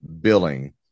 billing